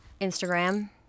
Instagram